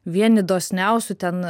vieni dosniausių ten